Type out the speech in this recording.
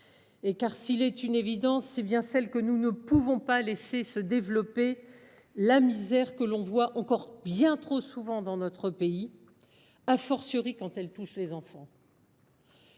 Car, s’il est une évidence, c’est bien celle que nous ne pouvons pas laisser se développer la misère que l’on observe encore bien trop souvent dans notre pays, quand elle frappe les enfants.